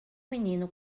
menino